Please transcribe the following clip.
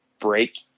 break